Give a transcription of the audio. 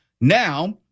Now